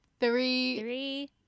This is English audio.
Three